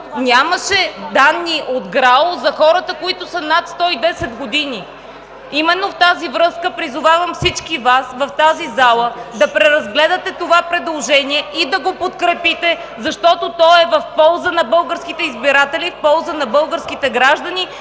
нямаше данни от ГРАО за хората, които са над 110 години. Именно в тази връзка призовавам всички Вас в тази зала да преразгледате това предложение и да го подкрепите, защото то е в полза на българските избиратели, в полза на българските граждани